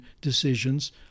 decisions